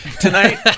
tonight